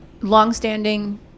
Longstanding